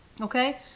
okay